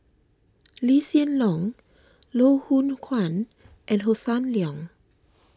Lee Hsien Loong Loh Hoong Kwan and Hossan Leong